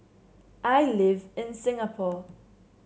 I live in Singapore